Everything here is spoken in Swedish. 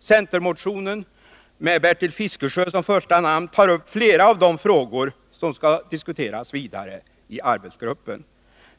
Centermotionen, med Bertil Fiskesjö som första namn, tar upp flera av de frågor som skall diskuteras vidare i arbetsgruppen.